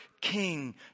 King